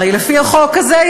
הרי לפי החוק הזה,